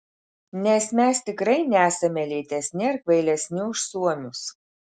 nes mes tikrai nesame lėtesni ar kvailesni už suomius